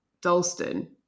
Dalston